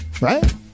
right